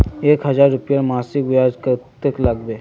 एक हजार रूपयार मासिक ब्याज कतेक लागबे?